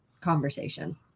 conversation